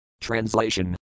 Translation